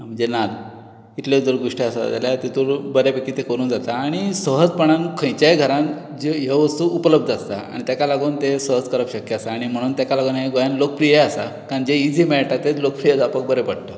जेन्ना इतल्यो जर गोश्टी आसा जाल्यार तेतूंत बऱ्या पैकी तें करूंक जाता आनी सहजपणान खंयचेय घरान जे ह्यो वस्तू उपलब्द आसता आनी तेका लागून तें सहज करप शक्य आसता आनी म्हणून तेका लागून हें गोंयात लोकप्रीय आसा कारण जें इजी मेळटा तेंच लोकप्रीय जावपाक बरें पडटा